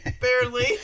Barely